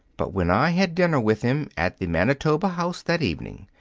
but when i had dinner with him at the manitoba house that evening,